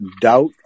doubt